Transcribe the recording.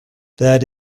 that